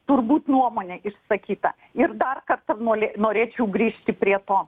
turbūt nuomonė išsakyta ir dar kartą noli norėčiau grįžti prie to